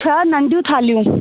छह नंढियूं थाल्हियूं